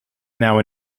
now